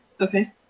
okay